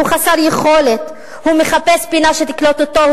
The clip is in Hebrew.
הוא חסר יכולת, הוא מחפש פינה שתקלוט אותו.